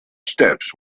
steps